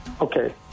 Okay